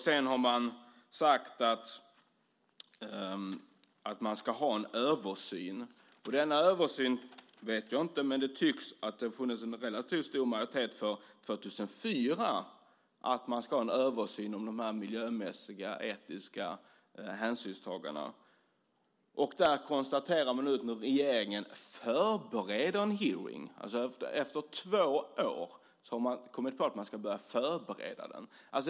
Sedan har man sagt att man ska göra en översyn. Det tycks som om det 2004 fanns en relativt stor majoritet för att man ska göra en översyn av de här miljömässiga och etiska hänsynstagandena. Där kan man nu konstatera att regeringen förbereder en hearing. Efter två år har man kommit på att man ska börja förbereda den.